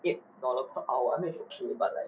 eight dollar per hour I mean it's okay but like